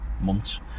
months